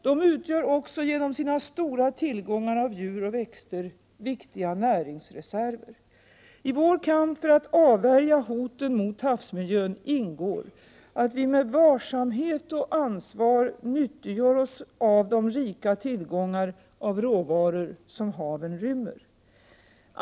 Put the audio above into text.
De utgör också genom sina stora tillgångar av djur och växter viktiga näringsreserver. I vår kamp för att avvärja hoten mot havsmiljön ingår att vi med varsamhet och ansvar nyttiggör oss de rika tillgångar av råvaror som haven rymmer.